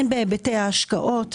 הן בהיבטי ההשקעות,